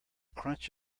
crunch